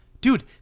Dude